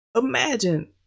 Imagine